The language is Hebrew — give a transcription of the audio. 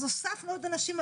אז הוספנו אנשים,